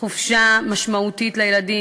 חופשה משמעותית לילדים.